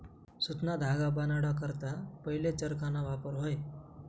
सुतना धागा बनाडा करता पहिले चरखाना वापर व्हये